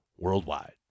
worldwide